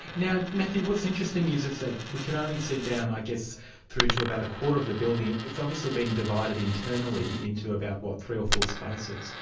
now matthew, what's interesting is is that we can only see down i guess through to about a quarter of the building. it's obviously been divided internally into about three or four spaces.